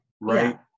right